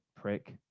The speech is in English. prick